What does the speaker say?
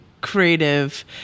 creative